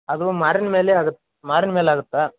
ಅದು ಮಾರಿನ ಮೇಲೆ ಆಗುತ್ತೆ ಮಾರಿನ ಮೇಲೆ ಆಗುತ್ತಾ